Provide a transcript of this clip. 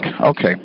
Okay